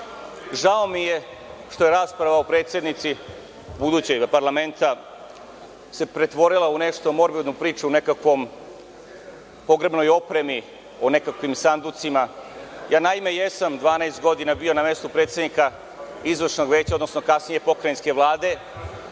žao mi je što je rasprava o predsednici budućoj parlamenta se pretvorila u nekakvu morbidnu priču o pogrebnoj opremi, o nekakvim pogrebnim sanducima. Naime, jesam 12 godina bio na mestu predsednika Izvršnog veća, odnosno kasnije Pokrajinske vlade